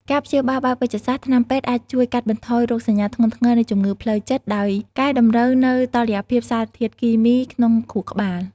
ការព្យាបាលបែបវេជ្ជសាស្ត្រ ថ្នាំពេទ្យអាចជួយកាត់បន្ថយរោគសញ្ញាធ្ងន់ធ្ងរនៃជំងឺផ្លូវចិត្ត ដោយកែតម្រូវនូវតុល្យភាពសារធាតុគីមីក្នុងខួរក្បាល។